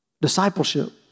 Discipleship